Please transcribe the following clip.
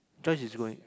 Joyce is going